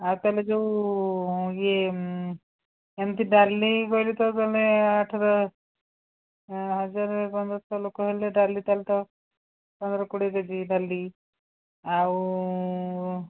ଆଉ ତାହେଲେ ଯେଉଁ ଇଏ ଏମତି ଡାଲି ବୋଇଲେ ତୁମେ ଆଠ ଦଶ ହଜାର ପନ୍ଦରଶହ ଲୋକ ହେଲେ ଡାଲି ତାହାଲେ ତ ପନ୍ଦର କୋଡ଼ିଏ କେଜି ଡାଲି ଆଉ